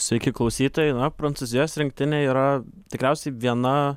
sveiki klausytojai na prancūzijos rinktinė yra tikriausiai viena